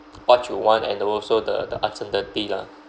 what you want and also the the uncertainty lah